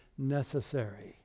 necessary